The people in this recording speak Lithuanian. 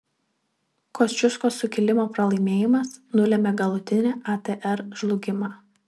kosciuškos sukilimo pralaimėjimas nulėmė galutinį atr žlugimą